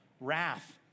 wrath